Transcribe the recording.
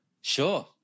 Sure